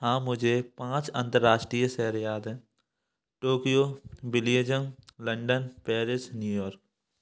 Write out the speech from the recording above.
हाँ मुझे पाँच अंतर्राष्ट्रीय शहर याद हैं Tokyo Belgium London Paris New York